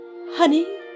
honey